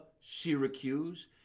Syracuse